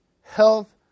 health